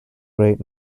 great